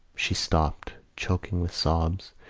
she stopped, choking with sobs,